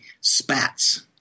spats